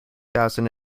thousand